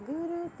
Guru